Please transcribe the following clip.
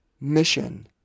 mission